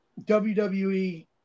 WWE